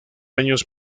años